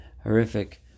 horrific